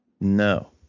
No